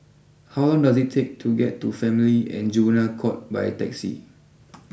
how long does it take to get to Family and Juvenile court by taxi